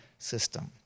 system